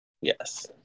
Yes